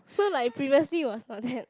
so like previously it was not that